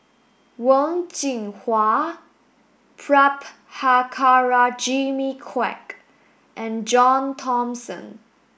Wen Jinhua Prabhakara Jimmy Quek and John Thomson